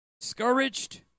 discouraged